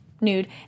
nude